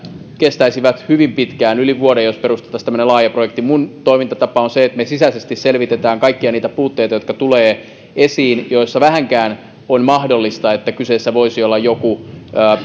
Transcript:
kestäisivät hyvin pitkään yli vuoden jos perustettaisiin tämmöinen laaja projekti minun toimintatapani on se että me sisäisesti selvitämme kaikkia niitä puutteita jotka tulevat esiin joissa vähänkään on mahdollista että kyseessä voisi olla joku